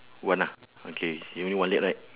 one ah okay you only one leg right